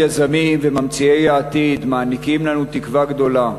היזמים וממציאי העתיד מעניקים לנו תקווה גדולה,